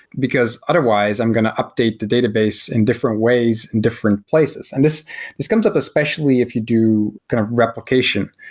because otherwise i'm going to update the database in different ways, in different places. and this is comes up especially if you do kind of replication.